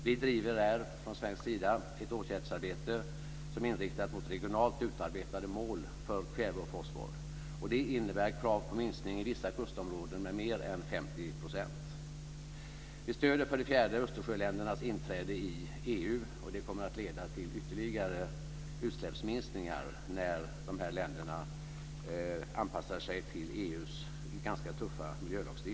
Vi driver från svensk sida ett åtgärdsarbete som är inriktat mot regionalt utarbetade mål för kväve och fosfor, och det innebär krav på minskning i vissa kustområden med mer än 50 %. Vi stöder för det fjärde Östersjöländernas inträde i EU, och det kommer att leda till ytterligare utsläppsminskningar när dessa länder anpassar sig till EU:s ganska tuffa miljölagstiftning.